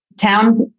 town